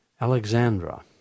Alexandra